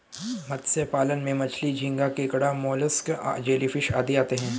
मत्स्य पालन में मछली, झींगा, केकड़ा, मोलस्क, जेलीफिश आदि आते हैं